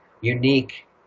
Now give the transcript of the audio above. unique